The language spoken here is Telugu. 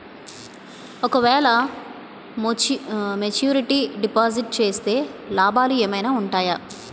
ఓ క వేల మెచ్యూరిటీ డిపాజిట్ చేస్తే లాభాలు ఏమైనా ఉంటాయా?